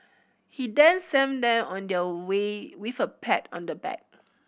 he then sent them on their way with a pat on the back